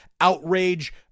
outrage